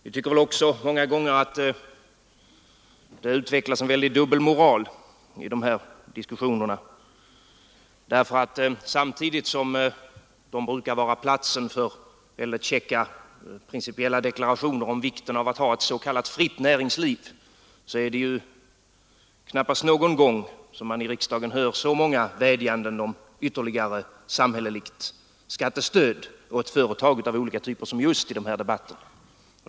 Vi tycker också att det många gånger utvecklas en väldig dubbelmoral i sådana diskussioner. Samtidigt som de brukar vara platsen för käcka principiella deklarationer om vikten av att ha ett s. k fritt näringsliv är det knappast någon gång som man i riksdagen hör så många vädjanden om ytterligare samhälleligt skattestöd åt företag av olika typer som just i de här debatterna.